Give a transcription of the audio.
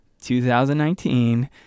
2019